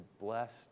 blessed